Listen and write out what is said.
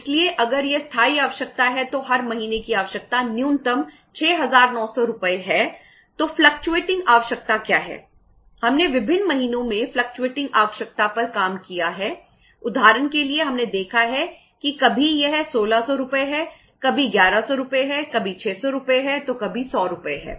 इसलिए अगर यह स्थाई आवश्यकता है तो हर महीने की आवश्यकता न्यूनतम 6900 रुपये है तो फ्लकचुएटिंग आवश्यकता 2100 है जो अधिकतम है ठीक है